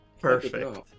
Perfect